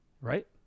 Right